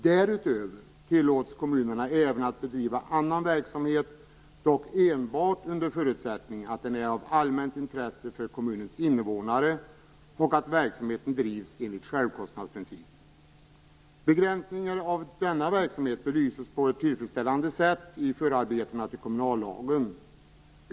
Därutöver tillåts kommunerna att bedriva annan verksamhet, dock enbart under förutsättning att den är av allmänt intresse för kommunens invånare och att verksamheten bedrivs enligt självkostnadsprincipen. Begränsningarna av denna verksamhet belyses på ett tillfredsställande sätt i förarbetena till kommunallagen.